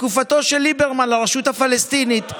בתקופתו של ליברמן, לרשות הפלסטינית.